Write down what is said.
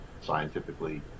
scientifically